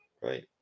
Right